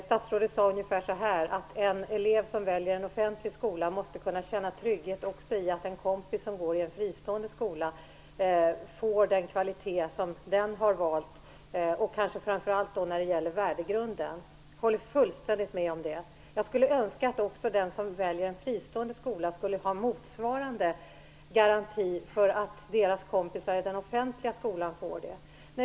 Statsrådet sade att en elev som väljer en offentlig skola måste kunna känna trygghet också i att en kompis som går i en fristående skola får den kvalitet som den har valt, och då kanske framför allt när det gäller värdegrunden. Jag håller fullständigt med om det. Jag skulle önska att den som väljer en fristående skola hade motsvarande garanti för att hans eller hennes kompisar som väljer den offentliga skolan får det.